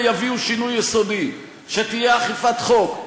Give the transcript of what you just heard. יביאו שינוי יסודי: שתהיה אכיפת חוק,